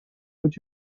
would